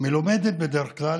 מלומדת בדרך כלל,